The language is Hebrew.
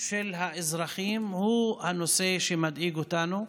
של האזרחים הוא הנושא שמדאיג אותנו.